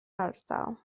ardal